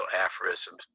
aphorisms